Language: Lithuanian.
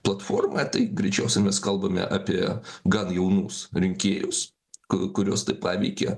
platformoje tai greičiausiai mes kalbame apie gan jaunus rinkėjus ku kuriuos tai paveikė